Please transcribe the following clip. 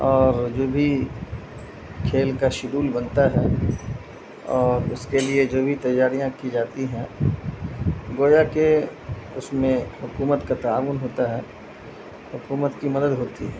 اور جو بھی کھیل کا شیڈول بنتا ہے اور اس کے لیے جو بھی تیاریاں کی جاتی ہیں گویا کہ اس میں حکومت کا تعاون ہوتا ہے حکومت کی مدد ہوتی ہے